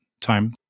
time